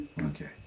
Okay